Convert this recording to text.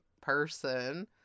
person